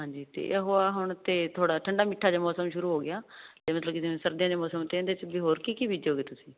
ਹਾਂਜੀ ਤੇ ਉਹ ਹੁਣ ਤੇ ਥੋੜਾ ਠੰਡਾ ਮੀਠਾ ਜਿਹਾ ਮੌਸਮ ਸ਼ੁਰੂ ਹੋ ਗਿਆ ਮਤਲਬ ਕਿਤੇ ਸਰਦੀਆਂ ਦੇ ਮੌਸਮ ਤੇ ਇਹਦੇ ਚ ਵੀ ਹੋਰ ਕੀ ਕੀ ਬੀਜੋਗੇ ਤੁਸੀਂ